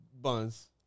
Buns